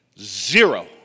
zero